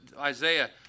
Isaiah